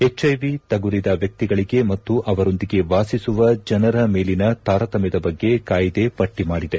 HIV ತಗುಲಿದ ವ್ಯಚಿಗಳಿಗೆ ಮತ್ತು ಅವರೊಂದಿಗೆ ವಾಸಿಸುವ ಜನರ ಮೇಲಿನ ತಾರತಮ್ಯದ ಬಗ್ಗೆ ಕಾಯಿದೆ ಪಟ್ಟಿ ಮಾಡಿದೆ